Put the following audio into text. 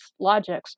logics